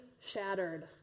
shattered